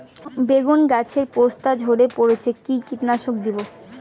বেগুন গাছের পস্তা ঝরে পড়ছে কি কীটনাশক দেব?